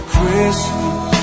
Christmas